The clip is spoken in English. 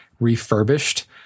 refurbished